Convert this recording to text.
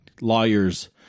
lawyers